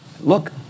look